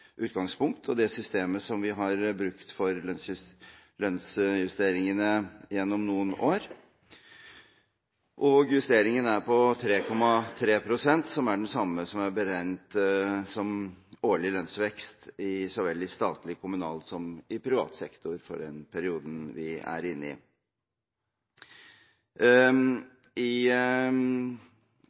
utgangspunkt og det systemet som vi har brukt for lønnsjusteringene gjennom noen år. Justeringen er på 3,3 pst., som er det samme som er beregnet som årlig lønnsvekst i så vel statlig og kommunal som i privat sektor for den perioden vi er inne i.